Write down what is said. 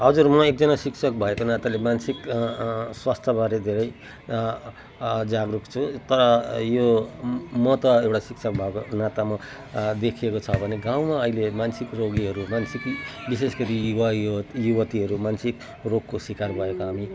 हजुर म एकजना शिक्षक भएको नाताले मानसिक स्वास्थ्यबारे धेरै जागरुक छु तर यो म त एउटा शिक्षक भएको नातामा देखिएको छ भने गाउँमा अहिले मानसिक रोगीहरू मानसिक विशेष गरी युवायुवतीहरूमा मानसिक रोगको शिकार भएका हामी